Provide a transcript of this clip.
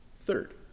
Third